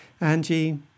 Angie